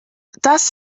das